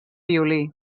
violí